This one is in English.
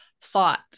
thought